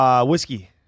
Whiskey